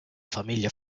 famiglia